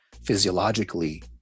physiologically